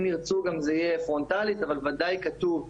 אם ירצו גם פרונטלית אבל בוודאי כתוב,